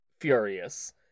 furious